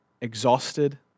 exhausted